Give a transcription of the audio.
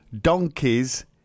donkey's